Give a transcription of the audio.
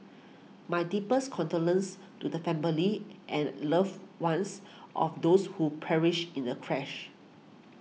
my deepest condolences to the families and loved ones of those who perished in the crash